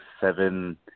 seven